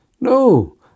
No